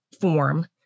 form